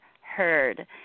heard